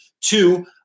Two